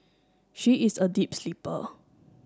she is a deep sleeper